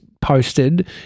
posted